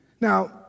Now